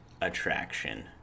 attraction